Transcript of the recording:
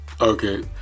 Okay